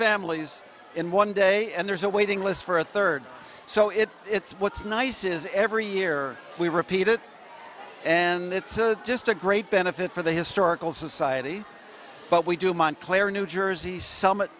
families in one day and there's a waiting list for a third so it it's what's nice is every year we repeat it and it's just a great benefit for the historical society but we do in montclair new jersey summit